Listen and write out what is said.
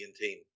team